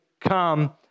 come